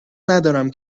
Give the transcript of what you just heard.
ندارم